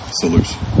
solution